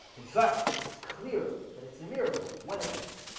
in fact it's clear that it's a miracle when it doesn't